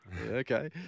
Okay